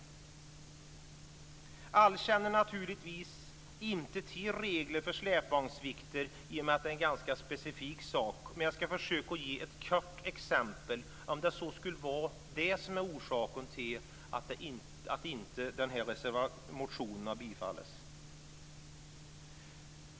Alla känner naturligtvis inte till reglerna för släpvagnsvikter i och med att det är ganska specifik sak, men jag ska försöka att ge ett kort exempel, om det skulle vara det som är orsaken till att man inte har föreslagit att den här motionen ska bifallas.